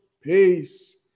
Peace